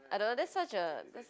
I don't that's such a